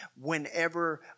whenever